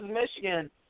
Michigan